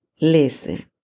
Listen